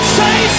say